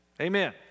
Amen